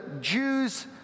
Jews